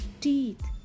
teeth